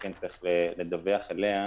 וכן צריך לדווח עליה.